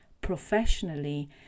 professionally